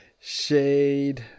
shade